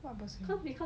what bursary